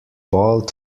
bald